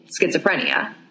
schizophrenia